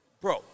Bro